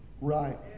Right